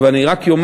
אבל אני רק אומר,